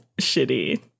shitty